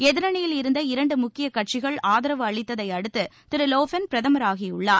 எதிரணியில் இருந்த இரண்டு முக்கிய கட்சிகள் ஆதரவு அளித்ததை அடுத்து திரு லோஃபென் பிரதமராகியுள்ளார்